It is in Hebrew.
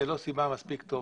זאת לא סיבה מספיק טובה.